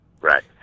right